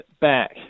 back